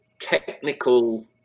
technical